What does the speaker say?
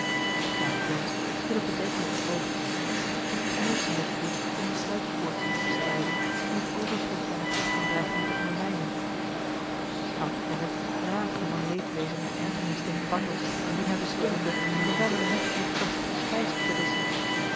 jacob jansz schudde bedenkelijk het hoofd en schikte hem geneesmiddelen toe om de sluipkoortsen te bestrijden die het overschot zijner krachten dreigden te ondermijnen schout gerrit raasde van leedwezen en ergernis tegen bartels wien hij beschuldigde den gevangene niet genoeg krachtige spijs op te